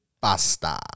pasta